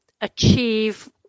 achieve